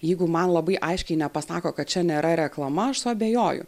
jeigu man labai aiškiai nepasako kad čia nėra reklama aš suabejoju